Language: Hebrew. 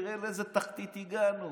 תראה לאיזה תחתית הגענו.